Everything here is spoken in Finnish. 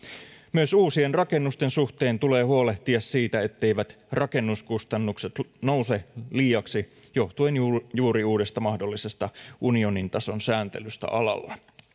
myös uusien rakennusten suhteen tulee huolehtia siitä etteivät rakennuskustannukset nouse liiaksi johtuen juuri juuri uudesta mahdollisesta unionin tason sääntelystä alalla